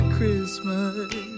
Christmas